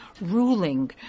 ruling